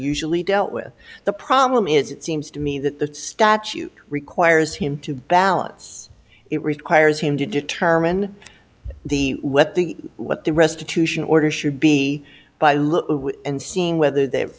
usually dealt with the problem is it seems to me that the statute requires him to balance it requires him to determine the what the what the restitution order should be by look and seeing whether th